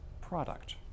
product